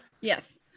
Yes